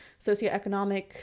socioeconomic